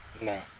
No